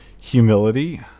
humility